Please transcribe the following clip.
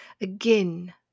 again